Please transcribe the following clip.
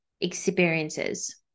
experiences